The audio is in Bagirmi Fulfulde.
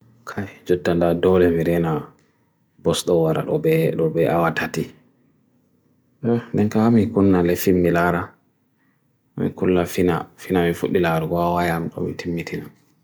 Okay, jut tanda dole virena bost owar al obe l obe awad hati. Nenka ami kunna lefim nilaara. Ami kunna finna, finna mifuk nila ar gwa awa yam, ami timitina.